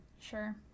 Sure